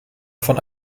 von